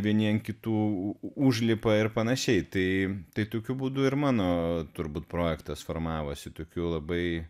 vieni ant kitų užlipa ir panašiai tai tai tokiu būdu ir mano turbūt projektas formavosi tokiu labai